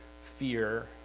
fear